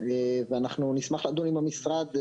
ואנחנו נשמח לדון עם המשרד.